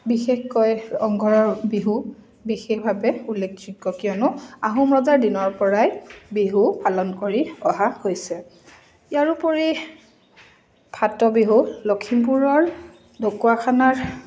বিশেষকৈ ৰংঘৰৰ বিহু বিশেষভাৱে উল্লেখযোগ্য কিয়নো আহোম ৰজাৰ দিনৰ পৰাই বিহু পালন কৰি অহা হৈছে ইয়াৰোপৰি ফাট বিহু লখিমপুৰৰ ঢকুৱাখানাৰ